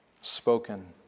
spoken